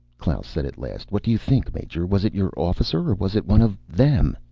klaus said at last. what do you think, major? was it your officer, or was it one of them?